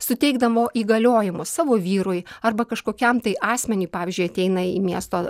suteikdavo įgaliojimus savo vyrui arba kažkokiam tai asmeniui pavyzdžiui ateina į miesto